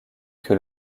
que